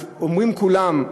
אז אומרים כולם,